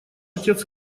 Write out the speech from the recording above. отец